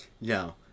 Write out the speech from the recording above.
No